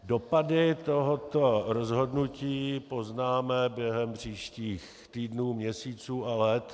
Dopady tohoto rozhodnutí poznáme během příštích týdnů, měsíců a let.